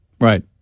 Right